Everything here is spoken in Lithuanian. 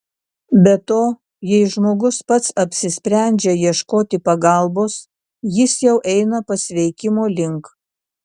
be to jei žmogus pats apsisprendžia ieškoti pagalbos jis jau eina pasveikimo link